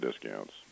discounts